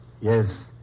Yes